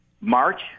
March